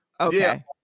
Okay